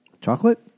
chocolate